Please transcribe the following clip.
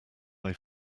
way